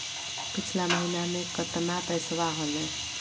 पिछला महीना मे कतना पैसवा हलय?